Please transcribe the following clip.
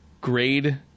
grade